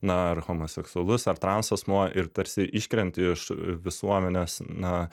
na ar homoseksualus ar trans asmuo ir tarsi iškrenti iš visuomenės na